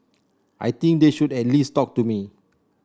I think they should at least talk to me